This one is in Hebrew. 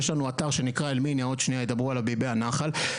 יש לנו אתר שנקרא "ביבי הנחל",